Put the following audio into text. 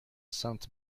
sainte